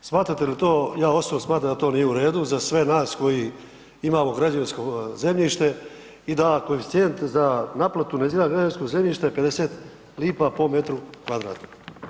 Smatrate li to, ja osobno smatram da to nije u redu za sve nas koji imamo građevinsko zemljište i da koeficijent za naplatu neizgrađenog građevinskog zemljišta je 50 lipa po metru kvadratnom.